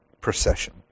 procession